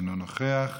אינו נוכח,